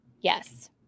Yes